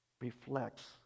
reflects